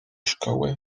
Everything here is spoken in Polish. szkoły